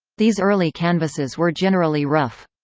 these early canvases were generally rough.